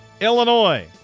Illinois